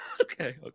Okay